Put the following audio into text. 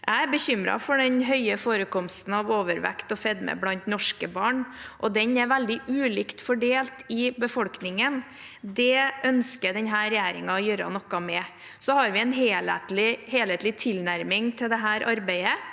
Jeg er bekymret for den høye forekomsten av overvekt og fedme blant norske barn, og den er veldig ulikt fordelt i befolkningen. Det ønsker denne regjeringen å gjøre noe med. Vi har en helhetlig tilnærming til dette arbeidet.